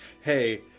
hey